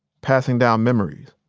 passing down memories.